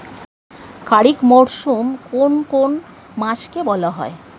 খারিফ মরশুম কোন কোন মাসকে বলা হয়?